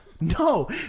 no